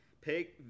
Pay